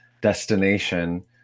destination